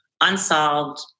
unsolved